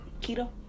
Keto